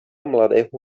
mladého